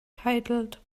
titled